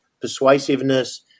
persuasiveness